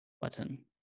button